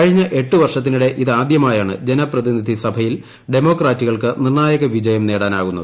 കഴിഞ്ഞ എട്ടു വർഷത്തിനിടെ ഇതാദ്യമായാണ് ജനപ്രതിനിധി സഭയിൽ ഡെമോക്രാറ്റുകൾക്ക് നിർണ്ണായക വീജയം നേടാനാകുന്നത്